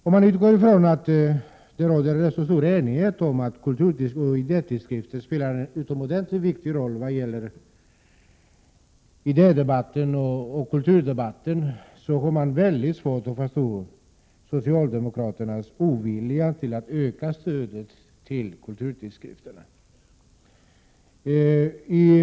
Om man utgår från att det råder rätt stor enighet om att kulturoch idétidskrifter spelar en utomordentligt viktig roll i idédebatten och kulturdebatten, har man svårt att förstå socialdemokraternas ovilja att öka stödet till kulturtidskrifterna. Herr talman!